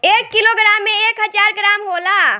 एक किलोग्राम में एक हजार ग्राम होला